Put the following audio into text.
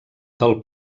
del